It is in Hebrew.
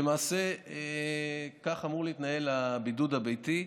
למעשה, כך אמור להתנהל הבידוד הביתי.